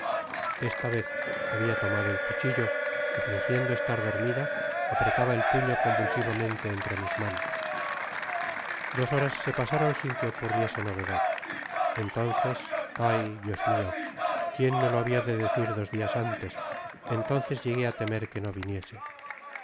esta vez habia tomado el cuchillo y fingiendo estar dormida apretaba el puño convulsivamente entre mis manos dos horas se pasaron sin que ocurriese novedad entonces ayl diosmio quién me lo habia de decir dos dias antes i entonces llegué á temer que no viniese